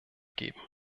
geben